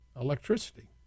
electricity